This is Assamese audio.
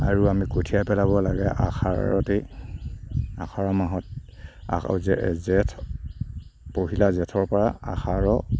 আৰু আমি কঠীয়া পেলাব লাগে আহাৰতেই আহাৰ মাহত আহাৰ আৰু জেঠ জেঠ পহিলা জেঠৰপৰা আহাৰৰ